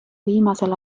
viimasel